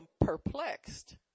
perplexed